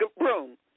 room